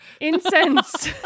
Incense